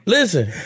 Listen